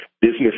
business